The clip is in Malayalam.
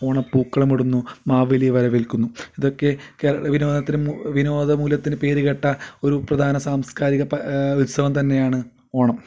ഓണപ്പൂക്കളമിടുന്നു മാവേലിയെ വരവേൽക്കുന്നു ഇതൊക്കെ കേ വിനോദത്തിനും വിനോദ മൂല്യത്തിനു പേരുകേട്ട ഒരു പ്രധാന സാംസ്കാരിക ഉത്സവം തന്നെയാണ് ഓണം